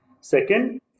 Second